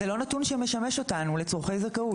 זה לא נתון שמשמש אותנו לצורכי זכאות.